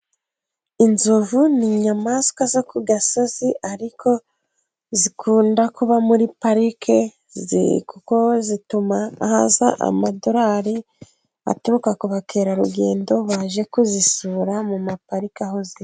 Inzovu ni inyamaswa zo ku gasozi, ariko zikunda kuba muri parike kuko zituma haza amadolari, aturuka ku bakerarugendo baje kuzisura mu ma pariki aho ziri.